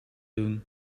doen